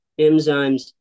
enzymes